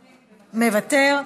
מוותר,